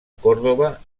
còrdova